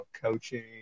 coaching